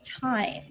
time